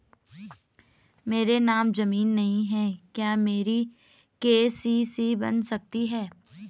मेरे नाम ज़मीन नहीं है क्या मेरी के.सी.सी बन सकती है?